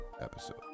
episode